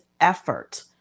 effort